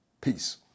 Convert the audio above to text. Peace